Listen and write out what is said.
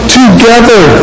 together